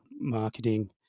marketing